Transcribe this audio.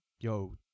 yo